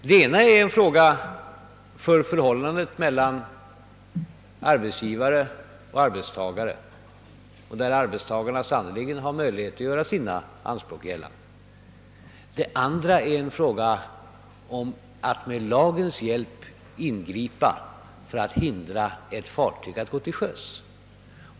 Den ena saken rör förhållandet mellan arbetsgivare och arbetstagare, där arbetstagarna sannerligen har möjlighet att göra sina anspråk gällande; den andra saken gäller att med lagens hjälp ingripa för att hindra ett fartyg att gå till sjöss.